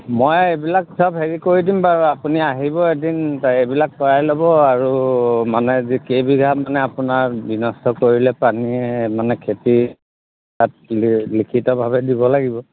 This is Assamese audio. মই এইবিলাক চব হেৰি কৰি দিম বাৰু আপুনি আহিব এদিন এইবিলাক কৰাই ল'ব আৰু মানে যি কেইবিঘা মানে আপোনাৰ বিনষ্ট কৰিলে পানীয়ে মানে খেতি তাত কিন্তু লিখিতভাৱে দিব লাগিব